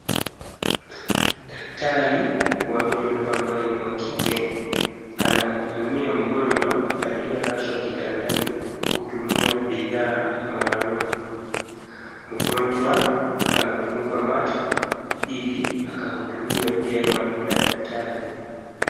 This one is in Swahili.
Daktari wa meno ambaye ni wa kike anamhudumia mgonjwa aliyelazwa kitandani kutumia bidhaa maalum. Mgonjwa amefunikwa macho ili akahudumiwe vyema na daktari.